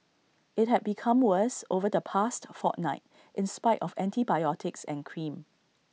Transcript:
IT had become worse over the past fortnight in spite of antibiotics and cream